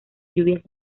lluvias